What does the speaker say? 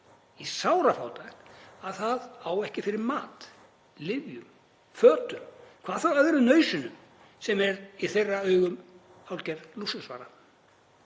í sárafátækt, að það á ekki fyrir mat, lyfjum, fötum, hvað þá öðrum nauðsynjum sem eru í þeirra augum hálfgerð lúxusvara.